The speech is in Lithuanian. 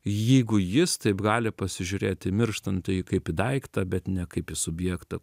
jeigu jis taip gali pasižiūrėti į mirštantajį kaip į daiktą bet ne kaip į subjektą